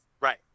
Right